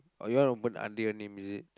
or you want open under your name is it